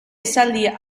esaldia